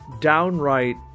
downright